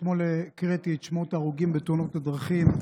אתמול הקראתי את שמות ההרוגים בתאונות הדרכים.